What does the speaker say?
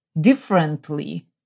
differently